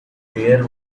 there